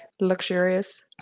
luxurious